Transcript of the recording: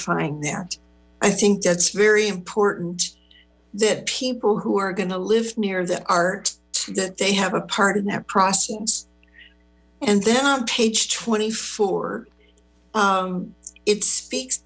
fying that i think that's very important that people who are going to live near the art that they have a part in that process and then on page twenty four it speaks